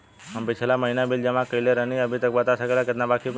हम पिछला महीना में बिल जमा कइले रनि अभी बता सकेला केतना बाकि बा?